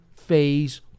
phase